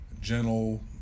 gentle